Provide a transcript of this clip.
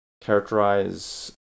characterize